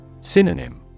Synonym